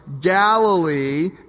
Galilee